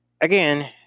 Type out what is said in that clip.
Again